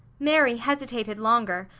mary hesitated longer,